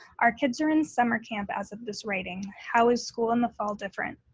our kids are in summer camp as of this writing. how is school in the fall different?